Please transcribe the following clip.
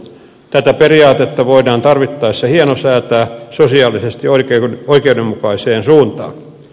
tätä periaatetta voidaan tarvittaessa hienosäätää sosiaalisesti oikeudenmukaiseen suuntaan